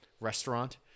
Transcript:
restaurant